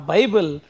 Bible